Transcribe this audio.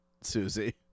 Susie